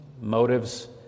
motives